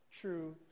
true